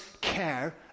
care